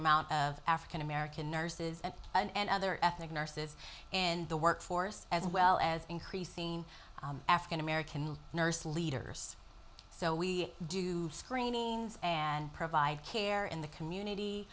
amount of african american nurses and and other ethnic nurses and the workforce as well as increasing african american male nurse leaders so we do screenings and provide care in the community